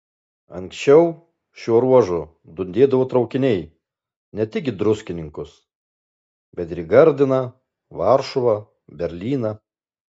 anksčiau šiuo ruožu dundėdavo traukiniai ne tik į druskininkus bet ir į gardiną varšuvą berlyną